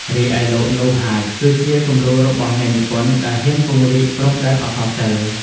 រីឯលោក នូ ហាច គឺជាគំរូរបស់អ្នកនិពន្ធដែលហ៊ានពង្រីកព្រំដែនអក្សរសិល្ប៍។